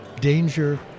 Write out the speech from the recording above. danger